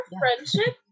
friendship